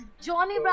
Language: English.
Johnny